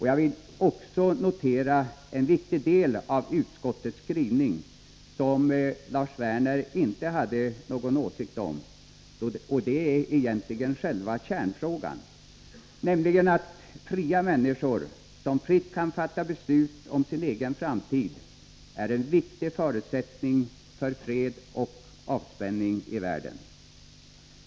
Jag vill också notera en viktig del av utskottets skrivning, som Lars Werner inte hade någon åsikt om, och det är egentligen själva kärnfrågan, nämligen att fria människor som fritt kan fatta beslut om sin egen framtid är en viktig förutsättning för fred och avspänning i världen.